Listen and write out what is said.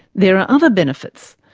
there are other benefits.